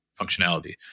functionality